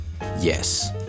Yes